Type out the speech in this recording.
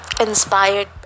inspired